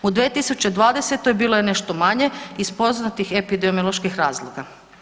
U 2020. bilo je nešto manje iz poznatih epidemioloških razloga.